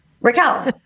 Raquel